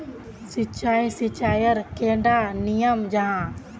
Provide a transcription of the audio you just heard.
सिंचाई सिंचाईर कैडा नियम जाहा?